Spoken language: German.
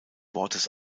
wortes